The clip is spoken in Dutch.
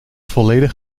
volledig